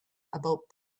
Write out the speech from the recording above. about